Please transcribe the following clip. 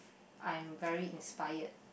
I'm very inspired